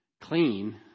clean